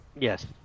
Yes